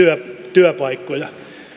työpaikkoja